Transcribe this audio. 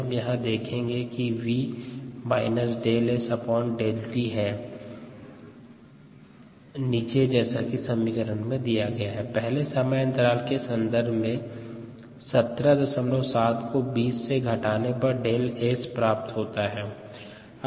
हम यहाँ देखेंगे कि 𝑣 ∆S∆t है v ∆S∆t पहले समयांतराल के सन्दर्भ में 177 को 20 से घटाने पर ∆𝑆 प्राप्त होता हैं